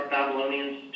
Babylonians